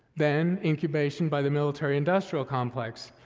then, incubation by the military industrial complex,